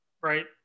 right